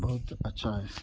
बहूत अच्छा ऐ